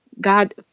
God